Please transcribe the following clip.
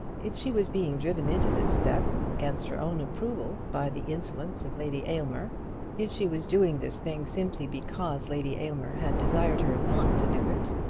if she was being driven into this step against her own approval, by the insolence of lady aylmer if she was doing this thing simply because lady aylmer had desired her not to do it,